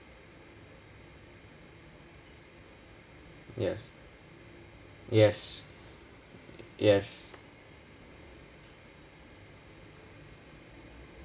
yes yes yes